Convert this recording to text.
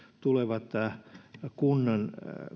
tulevat kunnan